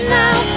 now